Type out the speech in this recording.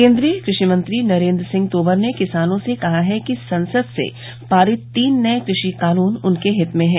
केंद्रीय कृषि मंत्री नरेंद्र सिंह तोमर ने किसानों से कहा है कि संसद से पारित तीन नए कृषि कानून उनके हित में हैं